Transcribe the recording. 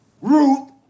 Ruth